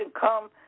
come